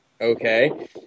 okay